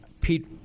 Pete